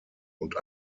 und